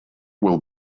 will